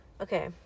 Okay